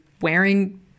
wearing